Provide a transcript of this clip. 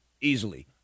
easily